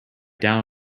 down